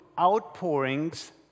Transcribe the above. outpourings